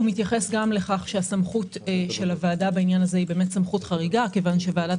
הוא מתייחס גם לכך שהסמכות של הוועדה בעניין הזה היא חריגה כי ועדת